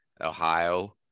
Ohio